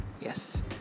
yes